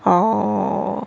orh